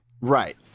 Right